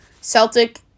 Celtic